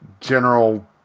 general